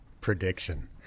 prediction